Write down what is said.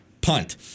Punt